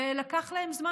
ולקח להם זמן,